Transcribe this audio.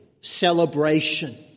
celebration